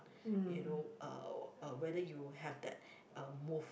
you know uh whether you have that uh move